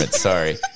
Sorry